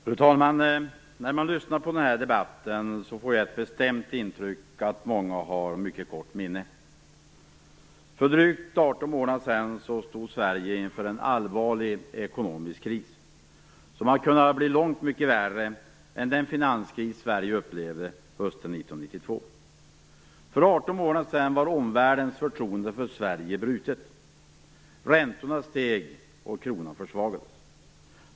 Fru talman! När jag lyssnar på den här debatten får jag ett bestämt intryck av att många har mycket kort minne. För drygt 18 månader sedan stod Sverige inför en allvarlig ekonomisk kris, som kunde ha blivit långt värre än den finanskris som Sverige upplevde hösten 1992. För 18 månader sedan var omvärldens förtroende för Sverige brutet. Räntorna steg, och kronan försvagades.